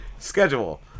Schedule